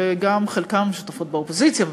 שחלקן שותפות באופוזיציה ובקואליציה,